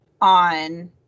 on